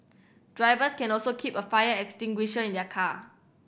drivers can also keep a fire extinguisher in their car